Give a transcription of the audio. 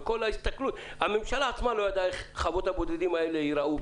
וכל ההסתכלות הממשלה עצמה לא ידעה איך חוות הבודדים האלה ייראו,